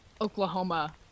Oklahoma